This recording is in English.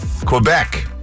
Quebec